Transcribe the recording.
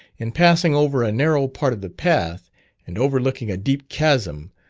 in passing over a narrow part of the path and overlooking a deep chasm,